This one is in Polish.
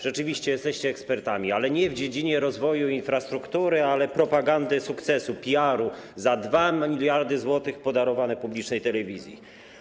Rzeczywiście jesteście ekspertami, ale nie w dziedzinie rozwoju i infrastruktury, lecz propagandy sukcesu, PR-u, za 2 mld zł podarowane publicznej telewizji.